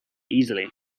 easily